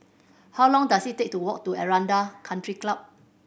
how long does it take to walk to Aranda Country Club